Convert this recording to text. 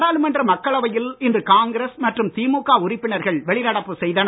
நாடாளுமன்ற மக்களவையில் இன்று காங்கிரஸ் மற்றும் திமுக உறுப்பினர்கள் வெளிநடப்பு செய்தனர்